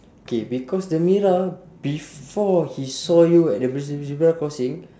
K because the mira before he saw you at the pedes~ zebra crossing